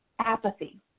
apathy